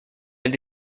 elle